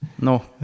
No